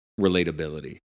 relatability